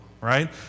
right